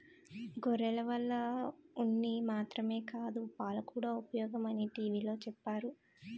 గొర్రెల వల్ల ఉన్ని మాత్రమే కాదు పాలుకూడా ఉపయోగమని టీ.వి లో చెప్పేరు